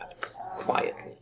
Quietly